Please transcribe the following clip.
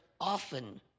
often